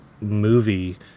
movie